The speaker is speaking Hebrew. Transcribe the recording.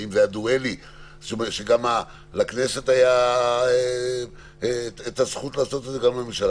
האם זה היה דואלי כך שגם לכנסת הייתה הזכות לעשות את זה וגם לממשלה?